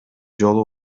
жолу